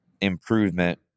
improvement